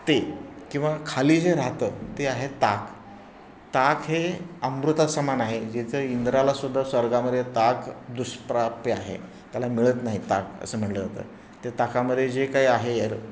ते किंवा खाली जे राहतं ते आहे ताक ताक हे अमृतासमान आहे ज्याचं इंद्राला सुद्धा स्वर्गामध्ये ताक दुष्प्राप्य आहे त्याला मिळत नाही ताक असं म्हटलं जातं ते ताकामध्ये जे काय आहे यर